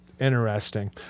Interesting